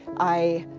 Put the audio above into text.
i,